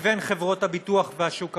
לבין חברות הביטוח והשוק הפרטי.